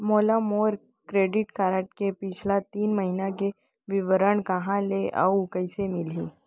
मोला मोर credit card के पिछला तीन महीना के विवरण कहाँ ले अऊ कइसे मिलही?